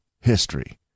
history